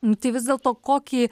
nu tai vis dėlto kokį